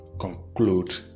conclude